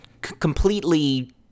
completely